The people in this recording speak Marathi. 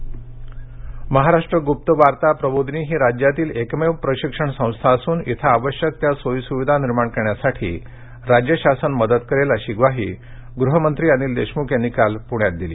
गुप्तवार्ता महाराष्ट्र गुप्त वार्ता प्रबोधिनी ही राज्यातील एकमेव प्रशिक्षण संस्था असून इथे आवश्यक त्या सोयी सुविधा निर्माण करण्यासाठी राज्य शासन मदत करेल अशी ग्वाही गृहमंत्री अनिल देशमूख यांनी काल दिली